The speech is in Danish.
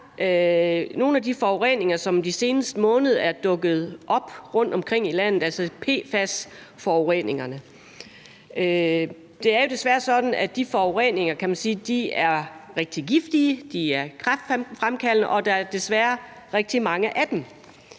nogle af de forureninger, som den seneste måned er dukket op rundtomkring i landet, altså PFAS-forureningerne. Det er jo desværre sådan, at de forureninger er rigtig giftige, de er kræftfremkaldende, og der er desværre rigtig mange af dem.